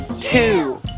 two